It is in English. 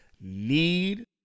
need